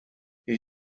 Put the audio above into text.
his